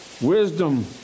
wisdom